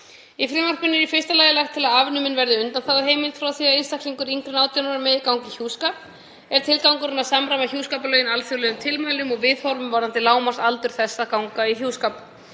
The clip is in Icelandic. Í frumvarpinu er í fyrsta lagi lagt til að afnumin verði undanþáguheimild frá því að einstaklingur yngri en 18 ára megi ganga í hjúskap. Er tilgangurinn að samræma hjúskaparlögin alþjóðlegum tilmælum og viðhorfum varðandi lágmarksaldur til þess að ganga í hjúskap.